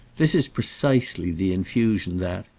this is precisely the infusion that,